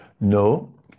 No